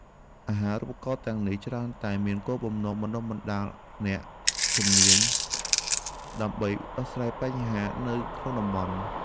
អាហារូបករណ៍ទាំងនេះច្រើនតែមានគោលបំណងបណ្តុះបណ្តាលអ្នកជំនាញដើម្បីដោះស្រាយបញ្ហានៅក្នុងតំបន់។